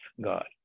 God